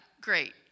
great